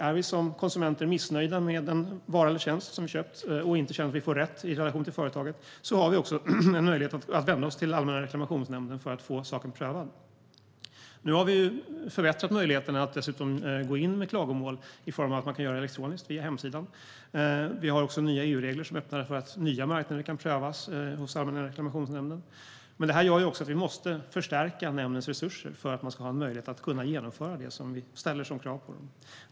Är vi som konsumenter missnöjda med en vara eller tjänst vi har köpt och inte känner att vi får rätt i relation till företaget har vi en möjlighet att vända oss till Allmänna reklamationsnämnden för att få saken prövad. Nu har vi dessutom förbättrat möjligheterna att gå in med klagomål genom att man kan göra det elektroniskt via hemsidan. Vi har också nya EU-regler som öppnar för att nya marknader kan prövas hos Allmänna reklamationsnämnden. Det gör dock att vi måste förstärka nämndens resurser för att den ska ha möjlighet att genomföra det vi ställer som krav på den.